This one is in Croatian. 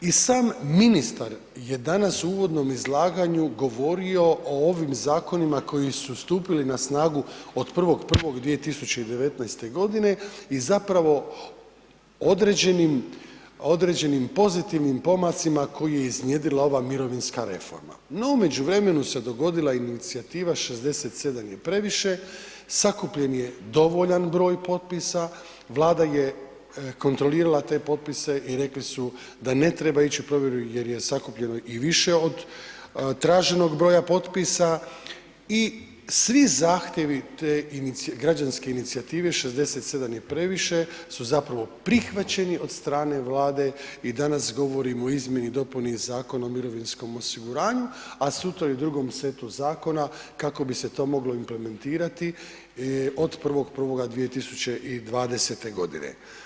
I sam ministar je danas u uvodnom izlaganju govorio o ovim zakonima koji su stupili na snagu od 1. 1. 2019. g. i zapravo određenim pozitivnim pomacima koje je iznjedrila ova mirovinska reforma no u međuvremenu se dogodila inicijativa „67 je previše“, sakupljen je dovoljan broj potpisa, Vlada je kontrolirala te potpise i rekli su da ne trebaju ić u provjeru jer je sakupljeno i više od traženog broja potpisa i svi zahtjevi te građanske inicijative „67 je previše“ su zapravo prihvaćeni od strane Vlade i danas govorimo o izmjeni i dopuni Zakona o mirovinskom osiguranju a sutra u drugom setu zakona kako bi se to moglo implementirati od 1. 1. 2020. godine.